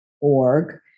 org